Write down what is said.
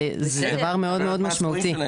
זה דבר מאוד משמעותי.